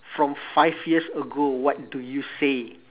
from five years ago what do you say